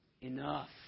enough